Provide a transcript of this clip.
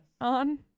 on